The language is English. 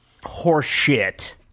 Horseshit